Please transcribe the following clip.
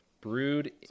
brewed